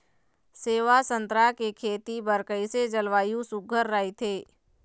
सेवा संतरा के खेती बर कइसे जलवायु सुघ्घर राईथे?